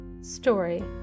story